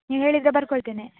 ನೀವು ಹೇಳಿದರೆ ಬರ್ಕೊಳ್ತೇನೆ